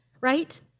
right